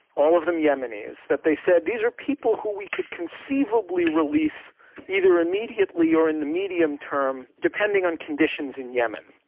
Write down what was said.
all of them yemenis, that they said, these are people who we could conceivably release either immediately or in the medium-term, depending on conditions in yemen.